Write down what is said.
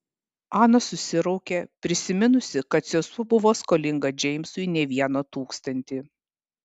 ana susiraukė prisiminusi kad sesuo buvo skolinga džeimsui ne vieną tūkstantį